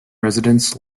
residents